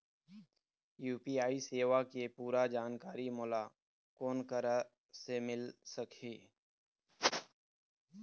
UPI सेवा के पूरा जानकारी मोला कोन करा से मिल सकही?